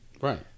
Right